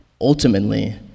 ultimately